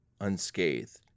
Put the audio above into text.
unscathed